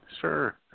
Sure